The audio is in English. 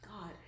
God